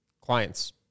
clients